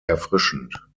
erfrischend